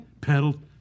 Pedal